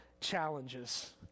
challenges